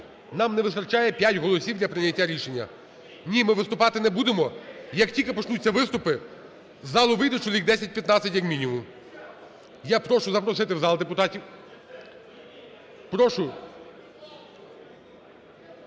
нам не вистачає 5 голосів для прийняття рішення. Ні, ми виступати не будемо. Як тільки почнуться виступу з залу вийдуть чоловік 10-15, як мінімум. Я прошу запросити в зал депутатів. Прошу